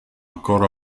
ancor